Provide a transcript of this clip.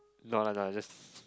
no no no I just